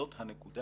זאת הנקודה.